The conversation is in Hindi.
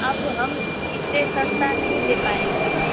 अब हम इससे सस्ता नहीं दे पाएंगे